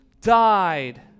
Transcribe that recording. died